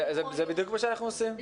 זה בדיוק מה שאנחנו מציעים.